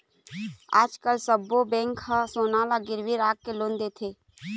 आजकाल सब्बो बेंक ह सोना ल गिरवी राखके लोन देथे